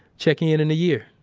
check in in a year.